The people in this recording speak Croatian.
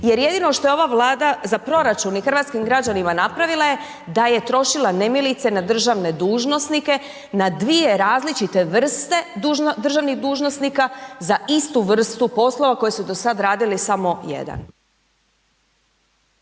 jer jedino što je ova Vlada za proračun i hrvatskim građanima napravila je da je trošila nemilice na državne dužnosnike, na dvije različite vrste državnih dužnosnika za istu vrstu poslova koju su do sad radili samo jedan.